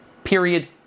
Period